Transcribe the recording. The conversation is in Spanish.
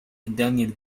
daniel